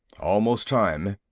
almost time!